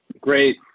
Great